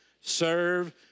Serve